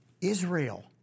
Israel